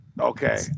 Okay